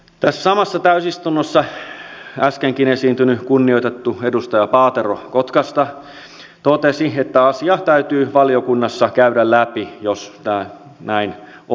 tässä samassa täysistunnossa äskenkin esiintynyt kunnioitettu edustaja paatero kotkasta totesi että asia täytyy valiokunnassa käydä läpi jos tämä näin on